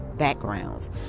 backgrounds